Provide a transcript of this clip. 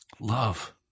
love